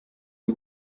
y’u